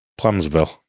Plumsville